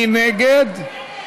מי נגד?